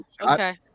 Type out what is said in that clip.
okay